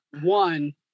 one